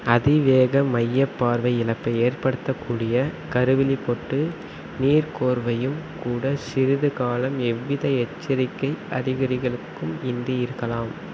அதிவேகமாக மையப் பார்வை இழப்பை ஏற்படுத்தக்கூடிய கருவிழிப் பொட்டு நீர்க்கோர்வையும் கூட சிறிது காலம் எவ்வித எச்சரிக்கை அறிகுறிகளுக்கும் இன்றி இருக்கலாம்